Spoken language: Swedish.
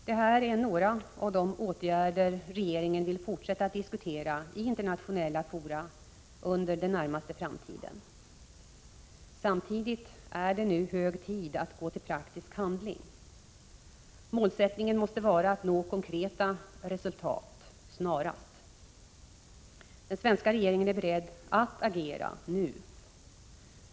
Detta är några av de åtgärder regeringen vill fortsätta att diskutera i internationella fora under den närmaste framtiden. Samtidigt är det nu hög tid att gå till praktisk handling. Målsättningen måste vara att nå konkreta resultat snarast. Den svenska regeringen är beredd att agera nu.